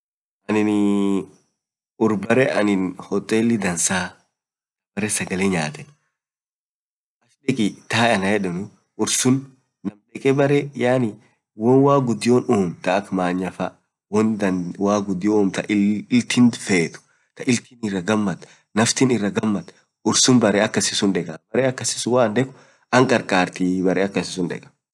aninii urr baree anin hotelii dansaa, baree sagalee nyatee taay ananyedenuu ur suun boraan baree woan waaq gudion uum taa, ak manyaa faa taa iltiin feet ta illtin iraa gamaad urr suun baree akkasii suun dekaa aksuun ankankartii.